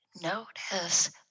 Notice